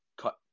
cut